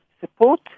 support